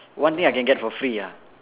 one thing I can get for free ah